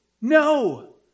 no